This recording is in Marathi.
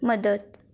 मदत